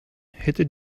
hätte